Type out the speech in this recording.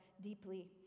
deeply